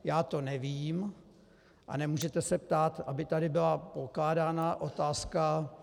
Já to nevím a nemůžete se ptát, aby tady byla pokládána otázka.